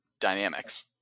dynamics